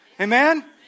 Amen